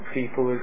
people